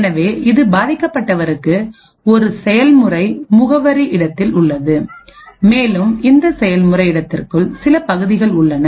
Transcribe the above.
எனவே இது பாதிக்கப்பட்டவருக்கு ஒரு செயல்முறை முகவரி இடத்தில் உள்ளது மேலும் இந்த செயல்முறை இடத்திற்குள் சில பகுதிகள் உள்ளன